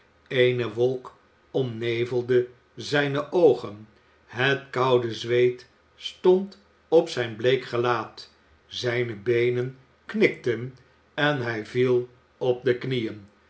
eene wolk omnevelde zijne oogen het koude zweet stond op zijn bleek gelaat zijne beenen knikten en hij viel op de knieën